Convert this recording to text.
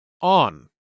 on